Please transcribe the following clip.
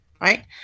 right